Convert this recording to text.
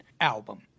album